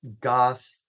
goth